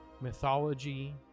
mythology